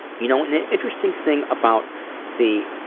you know, an interesting thing about the